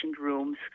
rooms